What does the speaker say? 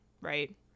Right